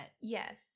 Yes